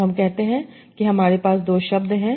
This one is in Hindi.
तो हम कहते हैं कि हमारे पास दो शब्द है